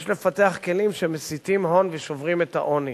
לפתח כלים שמסיטים הון ושוברים את העוני,